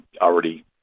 already